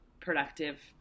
productive